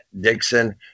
Dixon